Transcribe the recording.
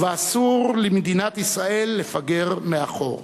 ואסור למדינת ישראל לפגר מאחור.